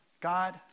God